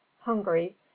hungry